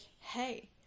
hey